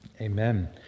Amen